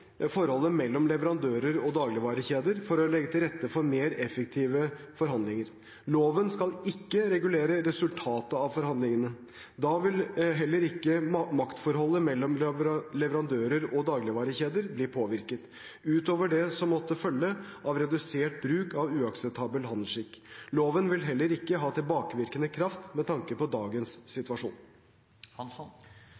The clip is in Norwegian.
forholdet mellom leverandører og dagligvarekjeder for å legge til rette for mer effektive forhandlinger. Loven skal ikke regulere resultatet av forhandlingene. Da vil heller ikke maktforholdet mellom leverandører og dagligvarekjeder bli påvirket, ut over det som måtte følge av redusert bruk av «uakseptabel» handelsskikk. Loven vil heller ikke ha tilbakevirkende kraft med tanke på dagens situasjon.